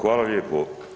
Hvala lijepo.